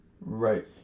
Right